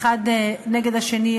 האחד נגד השני,